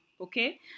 okay